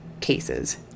cases